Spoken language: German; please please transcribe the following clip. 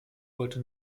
wollte